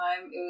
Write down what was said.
time